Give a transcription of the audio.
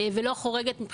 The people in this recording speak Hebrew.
ולא חורגת ממה שנקבע,